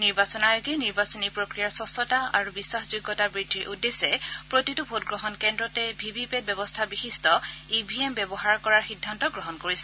নিৰ্বাচন আয়োগে নিৰ্বাচনী প্ৰক্ৰিয়াৰ স্ক্ছতা আৰু বিশ্বাসযোগ্যতা বৃদ্ধিৰ উদ্দেশ্যে প্ৰতিটো ভোটগ্ৰহণ কেন্দ্ৰতে ভি ভি পেট ব্যৱস্থা বিশিষ্ট ই ভি এম ব্যৱহাৰ কৰাৰ সিদ্ধান্ত গ্ৰহণ কৰিছে